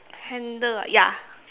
handle ah ya